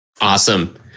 Awesome